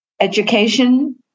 Education